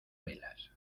velas